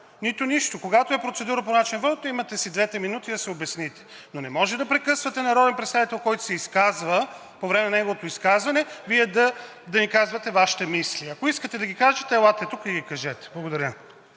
нито нищо. Когато е процедура по начина на воденето, имате си двете минути, за да се обясните. Но не може да прекъсвате народен представител, който се изказва, по време на неговото изказване Вие да ни кажете Вашите мисли. Ако искате да ги кажете, елате тук и ги кажете. Благодаря.